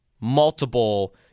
multiple